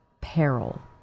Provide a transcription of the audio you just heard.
peril